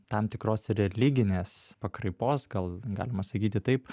tam tikros religinės pakraipos gal galima sakyti taip